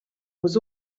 was